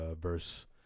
verse